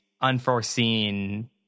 unforeseen